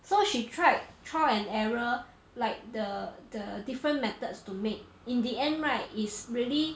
so she tried trial and error like the the different methods to make in the end right it's really